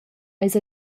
eis